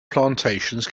plantations